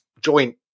joint